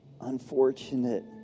unfortunate